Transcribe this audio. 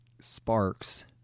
sparks